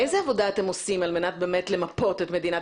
איזו עבודה עושים כדי למפות את מדינת